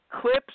clips